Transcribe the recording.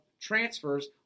transfers